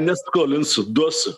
neskolinsiu duosiu